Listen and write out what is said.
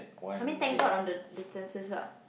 I mean thank god on the distances lah